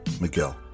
Miguel